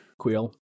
Queel